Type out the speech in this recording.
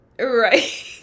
Right